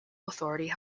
authority